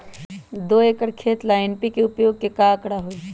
दो एकर खेत ला एन.पी.के उपयोग के का आंकड़ा होई?